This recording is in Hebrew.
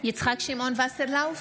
יצחק שמעון וסרלאוף,